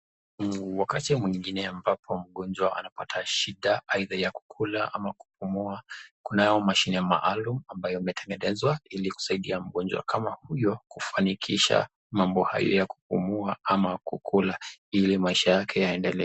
Wakati mwingine ambapo mgonjwa anapata shida aidha ya kukula ama kupumua, kunayo mashine maalum ambayo imetengenezwa ili kusaidia mgonjwa kama huyo kufanikisha mambo hayo ya kupumua ama kukula ili maisha yake yaendelee.